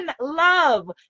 love